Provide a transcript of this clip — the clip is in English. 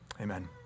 Amen